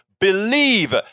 believe